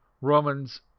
Romans